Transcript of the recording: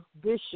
Bishop